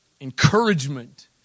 encouragement